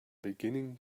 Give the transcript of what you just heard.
beginning